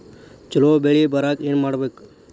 ಛಲೋ ಬೆಳಿ ಬರಾಕ ಏನ್ ಮಾಡ್ಬೇಕ್?